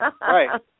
Right